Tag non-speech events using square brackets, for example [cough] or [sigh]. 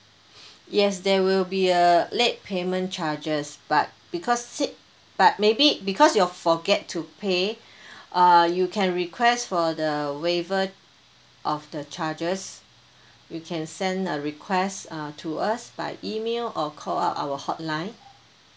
yes there will be a late payment charges but because but maybe because you forget to pay [breath] uh you can request for the waiver of the charges you can send a request uh to us by email or call out our hotline